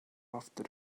after